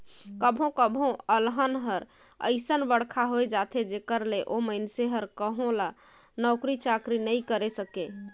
कभो कभो अलहन हर अइसन बड़खा होए जाथे जेखर ले ओ मइनसे हर कहो ल नउकरी चाकरी नइ करे सके